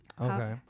Okay